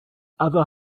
other